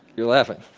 you're laughing.